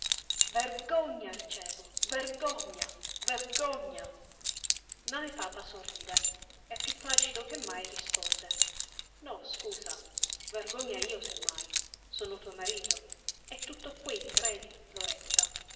vergogna ricevo vergogna vergogna nane papa sorride e piú placido che mai risponde no scusa vergogna io se mai sono tuo marito è tutto qui credi loretta